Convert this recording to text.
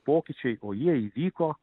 pokyčiai o jie įvyko